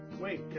Wait